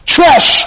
Trash